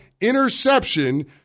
interception